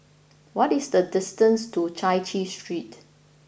what is the distance to Chai Chee Street